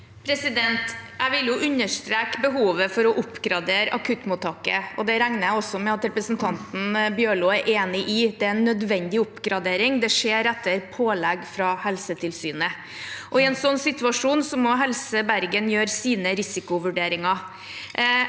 Jeg vil under- streke behovet for å oppgradere akuttmottaket, og det regner jeg med at representanten Bjørlo er enig i. Det er en nødvendig oppgradering som skjer etter pålegg fra Helsetilsynet. I en sånn situasjon må Helse Bergen gjøre sine risikovurderinger.